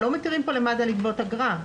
לא מתירים למד"א לגבות אגרה.